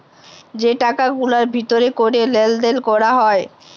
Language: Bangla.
যে টাকা গুলার ভিতর ক্যরে লেলদেল ক্যরা হ্যয়